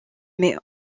met